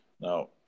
Now